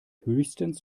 höchstens